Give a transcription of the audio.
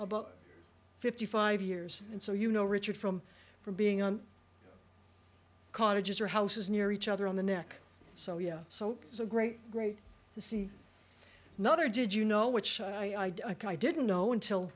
about fifty five years and so you know richard from from being on cottages are houses near each other on the neck so yeah so it's a great great to see another did you know which i like i didn't know until